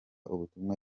ubutumwa